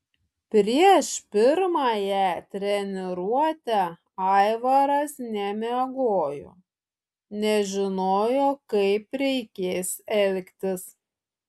prieš pirmąją treniruotę aivaras nemiegojo nežinojo kaip reikės elgtis